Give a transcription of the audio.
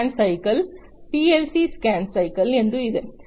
scan cycle PLC scan cycle ಎಂದು ಇದೆ